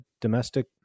domestic